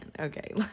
Okay